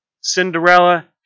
Cinderella